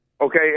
okay